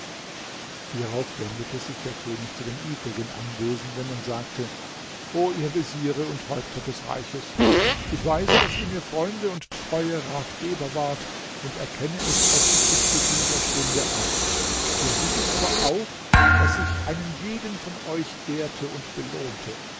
hierauf wendete sich der könig zu den übrigen anwesenden und sagte o ihr veziere und häupter des reiches ich weiß daß ihr mir freunde und treue ratgeber wart und erkenne es öffentlich zu dieser stunde an ihr wisset aber auch daß ich einen jeden von euch ehrte und belohnte